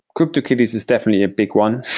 cryptokitties is definitely a big one,